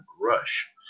Rush